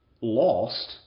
lost